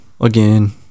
Again